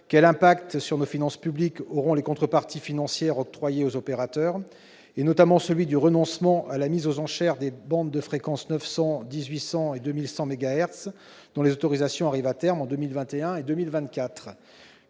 quel impact sur nos finances publiques auront les contreparties financières octroyées aux opérateurs, notamment le renoncement à la mise aux enchères des bandes de fréquences 900, 1 800 et 2 100 mégahertz, dont les autorisations arrivent à terme en 2021 et 2024